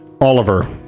Oliver